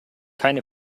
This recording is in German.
keine